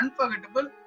Unforgettable